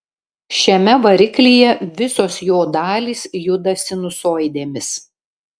šiame variklyje visos jo dalys juda sinusoidėmis